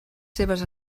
seves